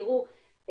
תראו,